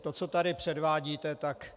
To, co tady předvádíte, tak...